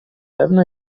pewno